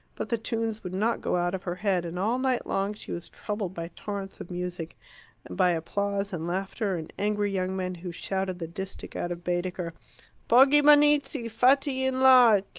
but the tunes would not go out of her head, and all night long she was troubled by torrents of music, and by applause and laughter, and angry young men who shouted the distich out of baedeker poggibonizzi fatti in la,